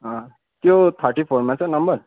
त्यो थर्टी फोरमा छ नम्बर